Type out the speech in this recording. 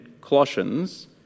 Colossians